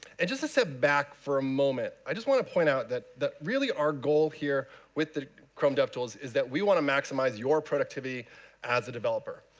and just to step back for a moment, i just want to point out that really our goal here, with the chrome dev tools, is that we want to maximize your productivity as a developer.